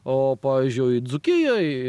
o pavyzdžiui dzūkijoj